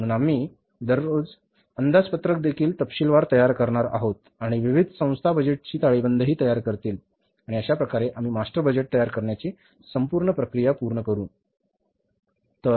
म्हणून आम्ही रोख अंदाजपत्रक देखील तपशीलवार तयार करणार आहोत आणि विविध संस्था बजेटची ताळेबंदही तयार करतील आणि अशा प्रकारे आम्ही मास्टर बजेट तयार करण्याची संपूर्ण प्रक्रिया पूर्ण करू